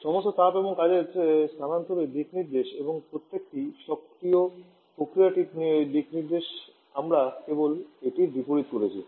সমস্ত তাপ এবং কাজের স্থানান্তরের দিকনির্দেশ এবং প্রতিটি সক্রিয় প্রক্রিয়াটির দিকনির্দেশ আমরা কেবল এটির বিপরীত করেছি